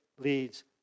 leads